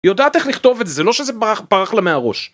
היא יודעת איך לכתוב את זה, לא שזה פרח לה מהראש.